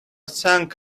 sank